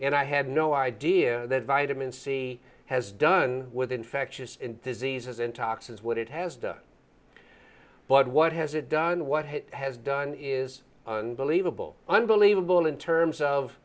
and i had no idea that vitamin c has done with infectious diseases in toxins what it has done but what has it done what he has done is unbelievable unbelievable in terms of